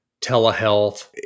telehealth